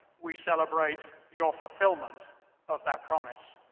we celebrate your fulfillment of that promise.